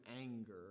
anger